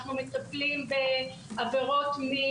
אנחנו מטפלים בעבירות מין,